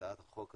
הצעת החוק הזאת,